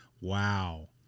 Wow